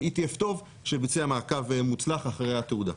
ETF טוב שביצע מעקב מוצלח אחרי התעודה.